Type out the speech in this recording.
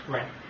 Right